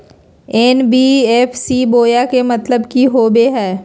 NBFC बोया के मतलब कि होवे हय?